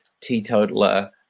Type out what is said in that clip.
teetotaler